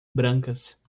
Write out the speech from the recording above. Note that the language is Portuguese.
brancas